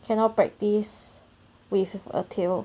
cannot practise with a tail